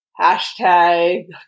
hashtag